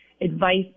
advice